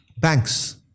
Banks